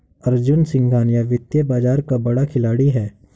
अर्जुन सिंघानिया वित्तीय बाजार का बड़ा खिलाड़ी है